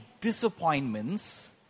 disappointments